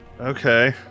Okay